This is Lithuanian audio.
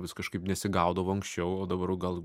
vis kažkaip nesigaudavo anksčiau o dabar jau gal